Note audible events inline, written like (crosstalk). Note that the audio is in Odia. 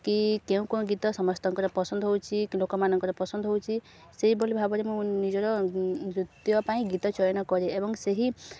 କି କେଉଁ କେଉଁ ଗୀତ ସମସ୍ତଙ୍କର ପସନ୍ଦ ହେଉଛି ଲୋକମାନଙ୍କରେ ପସନ୍ଦ ହେଉଛି ସେଇଭଲି ଭାବରେ ମୁଁ ନିଜର (unintelligible) ପାଇଁ ଗୀତ ଚୟନ କରେ ଏବଂ ସେହି